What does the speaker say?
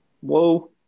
Whoa